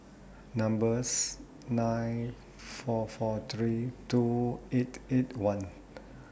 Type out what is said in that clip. number's nine four four three two eight eight one